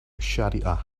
shariah